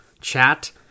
chat